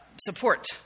support